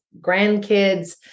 grandkids